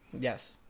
yes